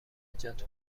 جات